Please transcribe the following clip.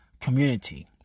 community